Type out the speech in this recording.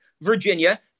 Virginia